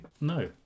no